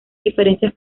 diferencias